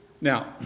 Now